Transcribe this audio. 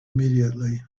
immediately